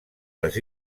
les